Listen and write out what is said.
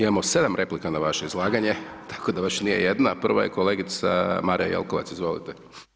Imamo 7 replika na vaše izlaganje, tako da baš nije jedna, a prva je kolegica Marija Jelkovac Izvolite.